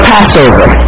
Passover